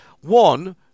One